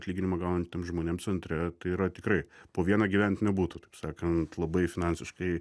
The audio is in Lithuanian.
atlyginimą gaunantiem žmonėm centre tai yra tikrai po vieną gyvent nebūtų taip sakant labai finansiškai